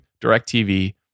DirecTV